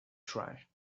try